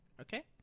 okay